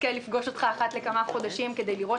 שנזכה לפגוש אותך אחת לכמה חודשים כדי לראות